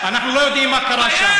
אנחנו לא יודעים מה קרה שם.